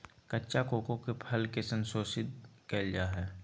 कच्चा कोको के फल के संशोधित कइल जा हइ